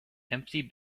empty